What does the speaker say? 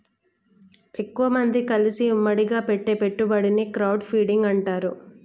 ఎక్కువమంది కలిసి ఉమ్మడిగా పెట్టే పెట్టుబడిని క్రౌడ్ ఫండింగ్ అంటారు